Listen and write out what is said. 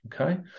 okay